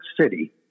City